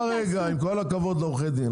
סליחה רגע, עם כל הכבוד לעורכי הדין.